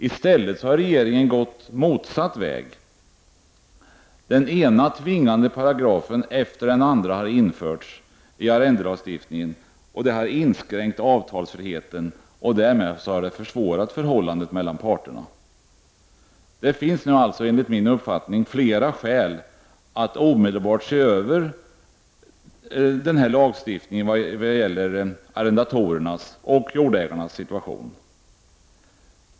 I stället har regeringen gått motsatt väg. Den ena tvingande paragrafen efter den andra har införts i arrendelagstiftningen. Det har inskränkt avtalsfriheten och därmed försvårat förhållandet mellan parterna. Det finns nu alltså enligt min uppfattning flera skäl att omedelbart se över lagstiftningen rörande arrendatorernas och jordägarnas situation.